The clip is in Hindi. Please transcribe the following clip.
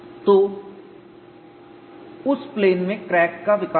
तो उस प्लेन में क्रैक का विकास होगा